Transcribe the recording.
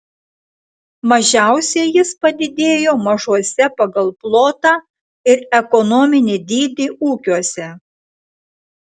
mažiausiai jis padidėjo mažuose pagal plotą ir ekonominį dydį ūkiuose